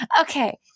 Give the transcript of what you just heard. Okay